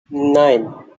nine